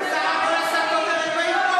הוא רק עשה כותרת בעיתון.